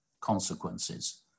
consequences